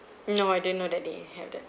no I didn't know that they have that